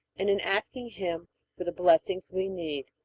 and in asking him for the blessings we need.